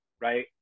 Right